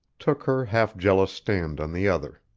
took her half-jealous stand on the other.